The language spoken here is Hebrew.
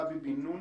גבי בן נון